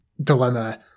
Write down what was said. dilemma